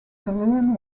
saloon